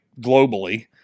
globally